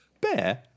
Bear